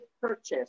purchase